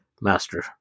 master